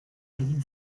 egin